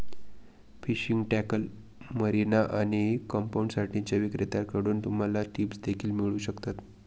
fishing tackle, marina आणि कॅम्पसाइट्सच्या विक्रेत्यांकडून तुम्हाला टिप्स देखील मिळू शकतात